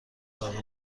باقی